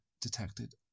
detected